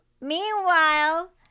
Meanwhile